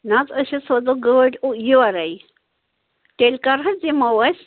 نہ أسۍ حَظ سوزو گاڈٕ یورے تیٚلہِ کٔر حَظ یِمو أسۍ